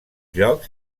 llocs